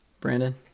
Brandon